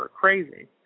crazy